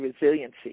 Resiliency